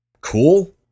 Cool